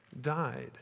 died